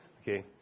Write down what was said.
Okay